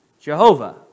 Jehovah